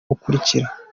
ukurikira